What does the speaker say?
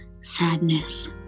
sadness